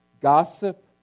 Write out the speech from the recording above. Gossip